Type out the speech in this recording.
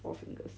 four fingers